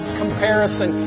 comparison